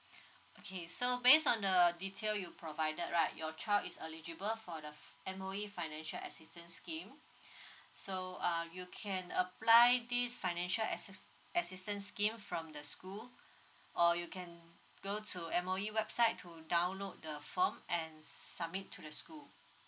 okay so based on the detail you provided right your child is eligible for the M_O_E financial assistance scheme so um you can apply this financial assist assistant scheme from the school or you can go to M_O_E website to download the form and submit to the school